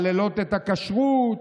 מחללות את הכשרות,